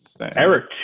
Eric